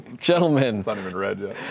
Gentlemen